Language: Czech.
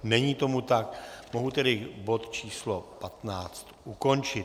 Není tomu tak, mohu tedy bod č. 15 ukončit.